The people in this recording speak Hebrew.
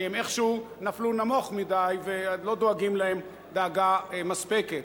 כי הם איכשהו נפלו נמוך מדי ולא דואגים להם דאגה מספקת.